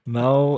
now